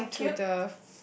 yes thank you